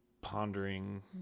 pondering